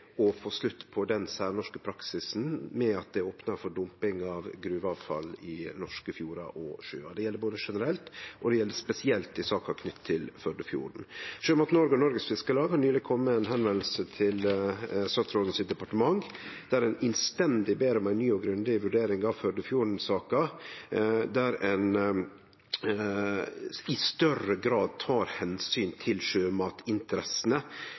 å få slutt på den særnorske praksisen med at det er opna for dumping av gruveavfall i norske fjordar og sjøar. Det gjeld generelt og det gjeld spesielt i saka knytt til Førdefjorden. Sjømat Norge og Noregs Fiskarlag har nyleg teke kontakt med departementet til statsråden, der ein instendig ber om ei ny og grundig vurdering av Førdefjorden-saka der ein i større grad tek omsyn til sjømatinteressene